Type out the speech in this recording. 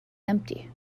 empty